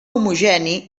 homogeni